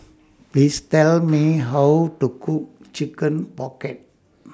Please Tell Me How to Cook Chicken Pocket